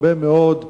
הרבה מאוד ערבים,